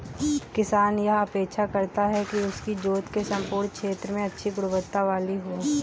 किसान यह अपेक्षा करता है कि उसकी जोत के सम्पूर्ण क्षेत्र में अच्छी गुणवत्ता वाली हो